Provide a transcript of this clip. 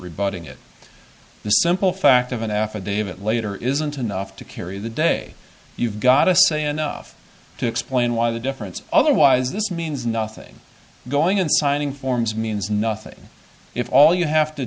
rebutting it the simple fact of an affidavit later isn't enough to carry the day you've got to say enough to explain why the difference otherwise this means nothing going in signing forms means nothing if all you have to